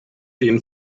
den